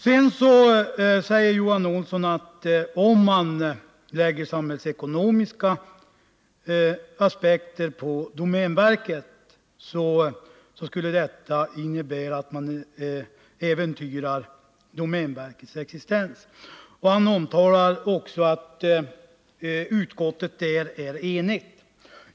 Johan Olsson säger vidare att om man anlägger samhällsekonomiska aspekter på domänverkets verksamhet skulle det innebära att man äventyrar dess existens. Han säger också att utskottet är enigt på den punkten.